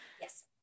yes